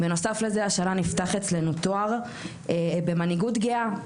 בנוסף לזה השנה נפתח אצלנו תואר במנהיגות גאה.